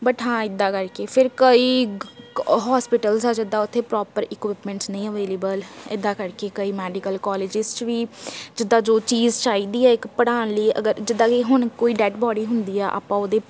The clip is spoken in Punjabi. ਬਟ ਹਾਂ ਇੱਦਾਂ ਕਰਕੇ ਫਿਰ ਕਈ ਹੋਸਪਿਟਲਜ਼ ਆ ਜਿੱਦਾਂ ਉੱਥੇ ਪ੍ਰੋਪਰ ਇਕੋਪਮੈਂਟਸ ਨਹੀਂ ਅਵੇਲੇਬਲ ਇੱਦਾਂ ਕਰਕੇ ਕਈ ਮੈਡੀਕਲ ਕੋਲਜਿਸ 'ਚ ਵੀ ਜਿੱਦਾਂ ਜੋ ਚੀਜ਼ ਚਾਹੀਦੀ ਆ ਇੱਕ ਪੜ੍ਹਾਉਣ ਲਈ ਅਗਰ ਜਿੱਦਾਂ ਕਿ ਹੁਣ ਕੋਈ ਡੈਡ ਬੋਡੀ ਹੁੰਦੀ ਆ ਆਪਾਂ ਉਹਦੇ